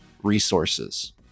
resources